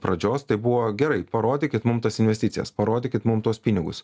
pradžios tai buvo gerai parodykit mum tas investicijas parodykit mum tuos pinigus